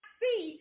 see